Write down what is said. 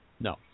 No